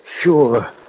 Sure